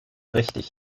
richtig